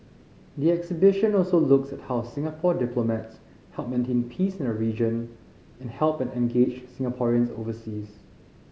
the exhibition also looks at how Singapore diplomats help maintain peace in the region and help and engage Singaporeans overseas